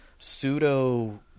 pseudo